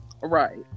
right